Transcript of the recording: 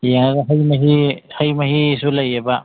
ꯌꯦꯡꯉꯒ ꯍꯩ ꯃꯍꯤ ꯍꯩ ꯃꯍꯤꯁꯨ ꯂꯩꯌꯦꯕ